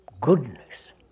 goodness